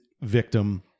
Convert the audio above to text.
victim